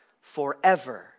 forever